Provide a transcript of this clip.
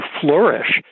flourish